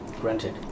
granted